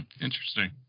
Interesting